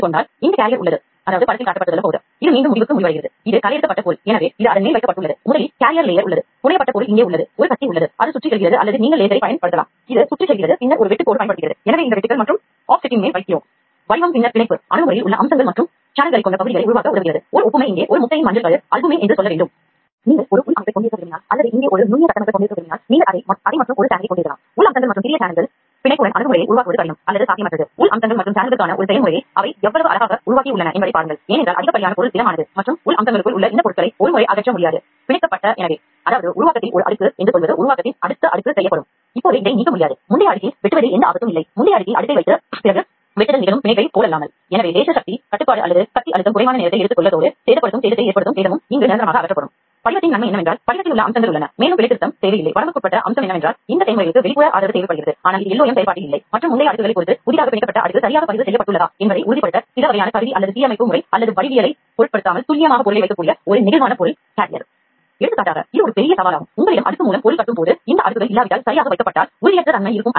எடுத்துக்காட்டாக பசை tyre puncture பிசின் மற்றும் ஃபெவிகால் இவை அனைத்தும் இந்த செயல்முறைக்கு உட்படுகின்றன எனவே இந்த நுட்பங்கள் உயிரி வெளியேற்றத்திற்கு பயனுள்ளதாக இருக்கும்